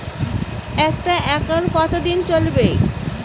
একটা একাউন্ট কতদিন চলিবে?